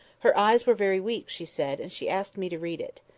her eyes were very weak, she said, and she asked me to read it.